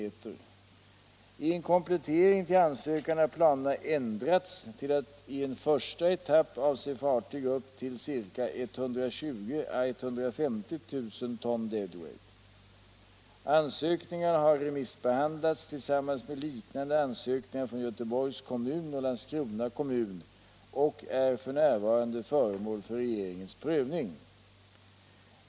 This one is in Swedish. I en komplettering till ansökan har planerna ändrats till att i en första etapp avse fartyg upp till ca 120000 å 150 000 ton dw. Ansökningarna har remissbehandlats tillsammans med liknande ansökningar från Göteborgs kommun och Landskrona kommun och är f. n. föremål för regeringens prövning.